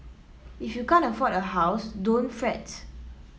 if you can't afford a house don't fret